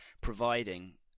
providing